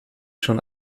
schon